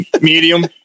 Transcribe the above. medium